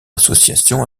association